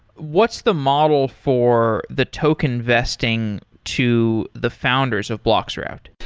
what's the model for the token vesting to the founders of bloxroute?